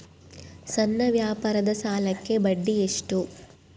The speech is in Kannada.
ಸಣ್ಣ ವ್ಯಾಪಾರದ ಸಾಲಕ್ಕೆ ಬಡ್ಡಿ ಎಷ್ಟು?